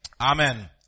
Amen